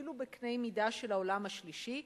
אפילו בקני מידה של העולם השלישי,